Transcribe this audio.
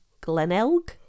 Glenelg